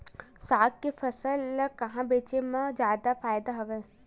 साग के फसल ल कहां बेचे म जादा फ़ायदा हवय?